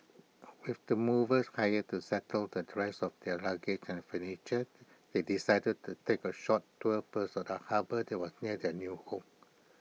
with the movers hired to settle the rest of their luggage and furniture they decided to take A short tour first of the harbour that was near their new home